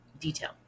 detail